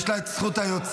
יש לה את זכות היוצרים.